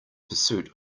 pursuit